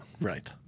Right